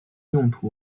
用途